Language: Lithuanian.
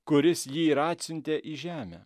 kuris jį ir atsiuntė į žemę